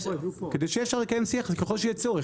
כדי שיהיה אפשר לקיים שיח ככל שיהיה צורך.